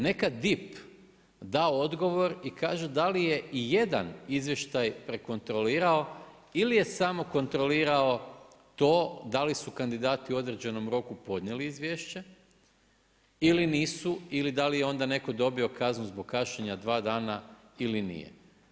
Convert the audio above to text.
Neka DIP da odgovor i kaže da li je i jedan izvještaj prekontrolirao ili je samo kontrolirao to da li su kandidati u određenom roku podnijeli izvješće ili nisu ili da li onda netko dobio kaznu zbog kašnjenja dva dana ili nije.